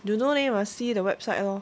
don't know leh must see the website lor